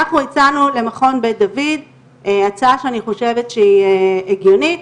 אנחנו הצענו למכון בית דוד הצעה שאני חושבת שהיא הגיונית,